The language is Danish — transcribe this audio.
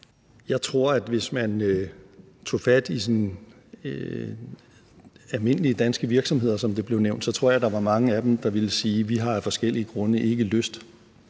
Jeg tror, at hvis man tog fat i sådan almindelige danske virksomheder, som det blev nævnt, var der mange af dem, der ville sige, at de af forskellige grunde ikke har